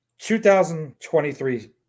2023